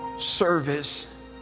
service